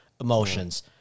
emotions